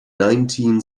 nineteen